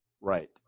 Right